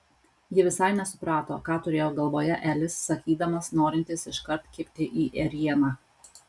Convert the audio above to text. ji visai nesuprato ką turėjo galvoje elis sakydamas norintis iškart kibti į ėrieną